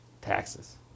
taxes